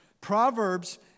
Proverbs